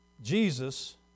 Jesus